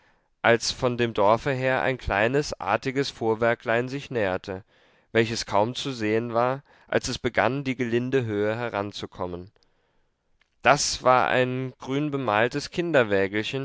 als von dem dorfe her ein kleines artiges fuhrwerklein sich näherte welches kaum zu sehen war als es begann die gelinde höhe heranzukommen das war ein